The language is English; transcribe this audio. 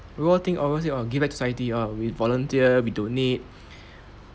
we all think obviously orh give back to society orh we volunteer we donate